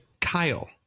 kyle